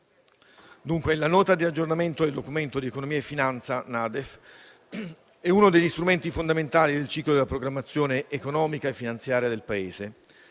la Nota di aggiornamento al Documento di economia e finanza (NADEF) è uno degli strumenti fondamentali del ciclo della programmazione economica e finanziaria del Paese.